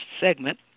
segment